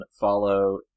follow